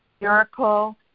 miracle